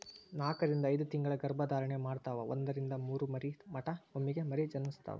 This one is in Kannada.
ನಾಕರಿಂದ ಐದತಿಂಗಳ ಗರ್ಭ ಧಾರಣೆ ಮಾಡತಾವ ಒಂದರಿಂದ ಮೂರ ಮರಿ ಮಟಾ ಒಮ್ಮೆಗೆ ಮರಿ ಜನಸ್ತಾವ